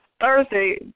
Thursday